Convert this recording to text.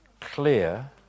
clear